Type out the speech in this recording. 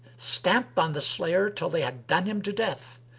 stamped on the slayer till they had done him to death.